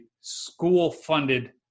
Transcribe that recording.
school-funded